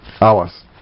hours